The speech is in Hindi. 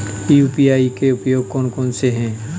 यू.पी.आई के उपयोग कौन कौन से हैं?